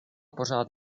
pořád